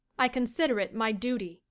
i consider it my duty.